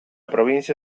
provincia